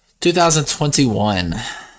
2021